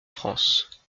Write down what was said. france